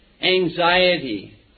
anxiety